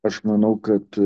aš manau kad